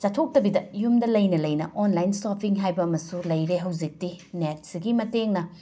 ꯆꯠꯊꯣꯛꯇꯕꯤꯗ ꯌꯨꯝꯗ ꯂꯩꯅ ꯂꯩꯅ ꯑꯣꯟꯂꯥꯏꯟ ꯁꯣꯞꯄꯤꯡ ꯍꯥꯏꯕ ꯑꯃꯁꯨ ꯂꯩꯔꯦ ꯍꯧꯖꯤꯛꯇꯤ ꯅꯦꯠꯁꯤꯒꯤ ꯃꯇꯦꯡꯅ